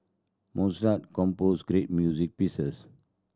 Mozart composed great music pieces